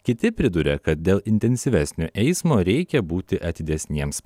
kiti priduria kad dėl intensyvesnio eismo reikia būti atidesniems